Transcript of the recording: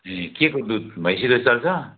ए केको दुध भैँसीको चल्छ